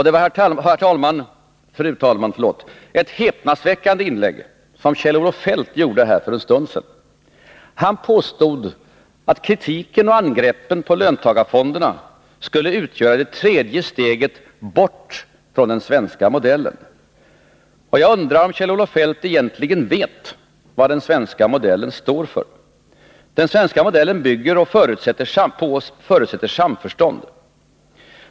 Det var, fru talman, ett häpnadsväckande inlägg som Kjell-Olof Feldt gjorde här för en stund sedan. Han påstod att kritiken och angreppen på löntagarfonderna skulle utgöra det tredje steget bort från den svenska modellen. Jag undrar om Kjell-Olof Feldt egentligen vet vad den svenska modellen står för. Den svenska modellen bygger på och förutsätter samförstånd.